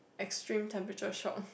extreme temperature shock